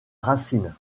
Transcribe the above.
racine